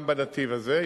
גם בנתיב הזה.